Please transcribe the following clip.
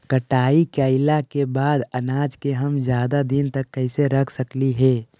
कटाई कैला के बाद अनाज के हम ज्यादा दिन तक कैसे रख सकली हे?